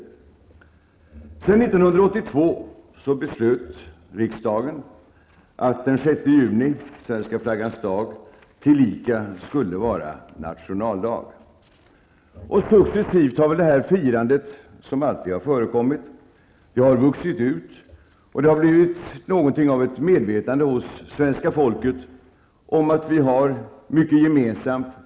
År 1982 beslöt riksdagen att den 6 juni, svenska flaggans dag, tillika skulle vara nationaldag. Successivt har det här firandet, som alltid har förekommit, vuxit ut, och det har blivit något av ett medvetande hos svenska folket om att vi har mycket gemensamt.